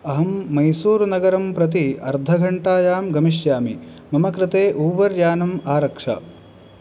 अहंं मैसूर् नगरं प्रति अर्धघण्टायां गमिष्यामि मम कृते ऊबर् यानम् आरक्ष